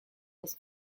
was